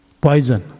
poison